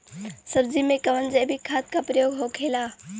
सब्जी में कवन जैविक खाद का प्रयोग होखेला?